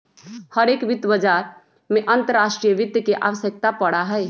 हर एक वित्त बाजार में अंतर्राष्ट्रीय वित्त के आवश्यकता पड़ा हई